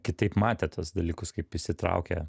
kitaip matė tuos dalykus kaip įsitraukia